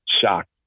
Shocked